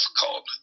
difficult